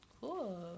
Cool